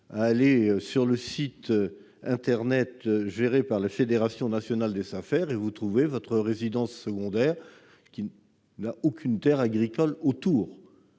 à aller sur le site internet géré par la Fédération nationale des Safer ; vous y trouverez des résidences secondaires qui n'ont aucune terre agricole autour.